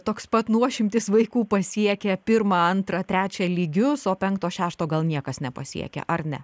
toks pat nuošimtis vaikų pasiekia pirmą antrą trečią lygius o penkto šešto gal niekas nepasiekia ar ne